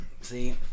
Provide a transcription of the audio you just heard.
See